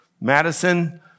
Madison